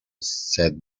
said